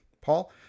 Paul